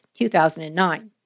2009